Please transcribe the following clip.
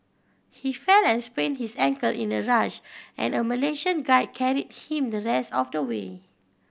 he fell and sprained his ankle in a rush and a Malaysian guide carried him the rest of the way